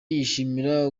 yishimira